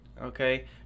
okay